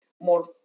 more